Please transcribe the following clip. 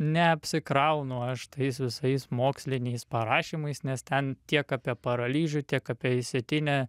neapsikraunu aš tais visais moksliniais parašymais nes ten tiek apie paralyžių tiek apie išsėtinę